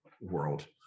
world